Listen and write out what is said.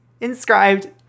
inscribed